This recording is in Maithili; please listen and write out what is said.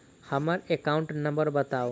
हम्मर एकाउंट नंबर बताऊ?